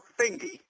thingy